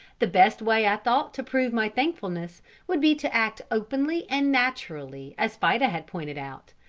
the best way i thought to prove my thankfulness would be to act openly and naturally as fida had pointed out,